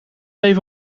even